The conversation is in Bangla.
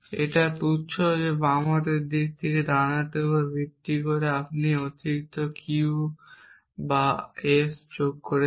এটা তুচ্ছ বাম হাতের দিক থেকে ডান দিকের এই উপর ভিত্তি করে আপনি এই অতিরিক্ত ধারা Q বা S যোগ করছেন